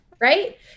right